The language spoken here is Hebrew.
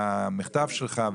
המכתב שלך,